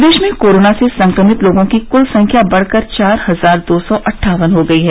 प्रदेश में कोरोना से संक्रमित लोगों की कुल संख्या बढ़कर चार हजार दो सौ अट्ठावन हो गई है